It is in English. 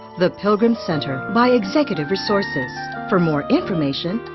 the pilgrims center by executive resources. for more information,